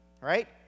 Right